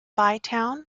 bytown